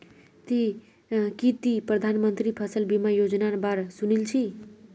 की ती प्रधानमंत्री फसल बीमा योजनार बा र सुनील छि